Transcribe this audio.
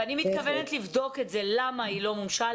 ואני מתכוונת לבדוק למה היא לא מומשה,